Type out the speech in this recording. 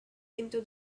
into